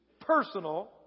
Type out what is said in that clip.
personal